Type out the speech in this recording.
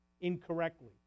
incorrectly